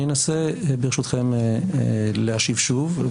אני אנסה ברשותכם להשיב שוב,